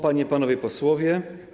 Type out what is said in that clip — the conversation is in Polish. Panie i Panowie Posłowie!